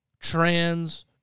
trans